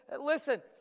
listen